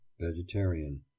vegetarian